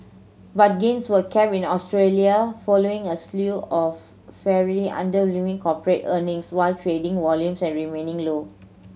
but gains were capped in Australia following a slew of fair underwhelming corporate earnings what trading volumes remaining low